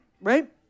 right